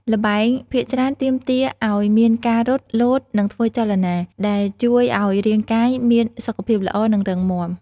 ល្បែងភាគច្រើនទាមទារឱ្យមានការរត់ លោត និងធ្វើចលនា ដែលជួយឱ្យរាងកាយមានសុខភាពល្អ និងរឹងមាំ ។